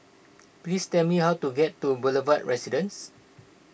please tell me how to get to Boulevard Residence